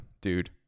dude